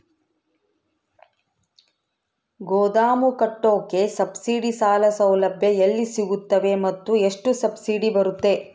ಗೋದಾಮು ಕಟ್ಟೋಕೆ ಸಬ್ಸಿಡಿ ಸಾಲ ಸೌಲಭ್ಯ ಎಲ್ಲಿ ಸಿಗುತ್ತವೆ ಮತ್ತು ಎಷ್ಟು ಸಬ್ಸಿಡಿ ಬರುತ್ತೆ?